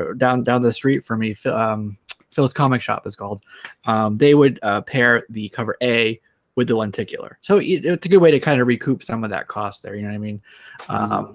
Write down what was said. ah down down the street for me phyllis um phyllis comic shop is called they would pair the cover a with the lenticular so it's a good way to kind of recoup some of that cost there you know i mean